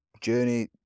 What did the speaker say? journey